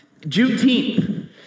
Juneteenth